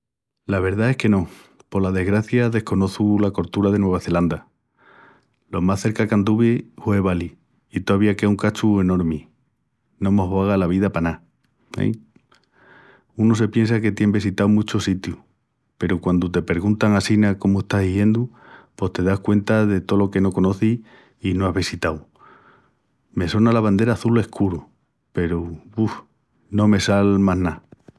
La verdá es que no, por desgracia desconoçu la coltura de Nueva Zelanda. Lo más cerca qu'anduvi hue Bali i tovía quea un cachu enormi. No mos vaga la vida pa ná, e? Unu se piensa que tien vesitaus muchus sitius peru quandu te perguntan assina comu estás dixendu pos te das cuenta de tolo que no conocis i no ás vesitau. Me sona la bandera azul escuru peru, bu, no me sal más ná.